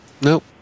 Nope